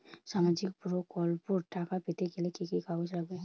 সামাজিক প্রকল্পর টাকা পেতে গেলে কি কি কাগজ লাগবে?